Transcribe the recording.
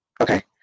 Okay